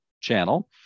channel